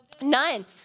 None